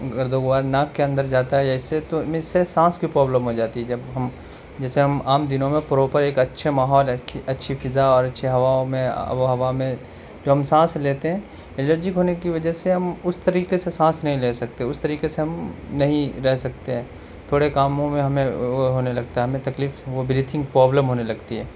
گرد و غبار ناک کے اندر جاتا ہے یا اس سے تو اس سے سانس کی پرابلم ہو جاتی ہے جب ہم جیسے ہم عام دنوں میں پراپر ایک اچھے ماحول ہے اچھی فضا اور اچھی ہواؤں میں آب و ہوا میں جب ہم سانس لیتے ہیں الرجک ہونے کی وجہ سے ہم اس طریقے سے سانس نہیں لے سکتے اس طریقے سے ہم نہیں رہ سکتے ہیں تھوڑے کاموں میں ہمیں وہ ہونے لگتا ہے ہمیں تکلیفس وہ ب ریتھنگ پرابلم ہونے لگتی ہے